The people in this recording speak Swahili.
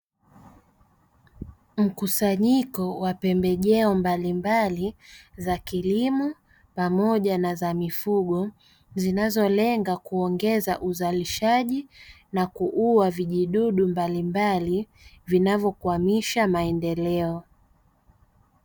Mkusanyiko wa pembejeo mbalimbali za kilimo, pamoja na za mifugo zinazolenga kuongeza uzalishaji na kuua vijidudu mbalimbali vinavyokwamisha maendeleo.